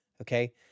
okay